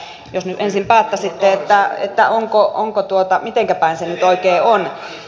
että jos nyt ensin päättäisitte mitenkä päin se nyt oikein on